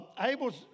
Abel's